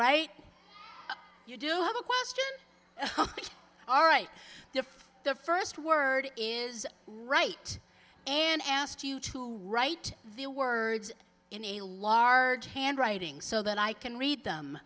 question all right if the first word is right and asked you to write the words in a large handwriting so that i can read them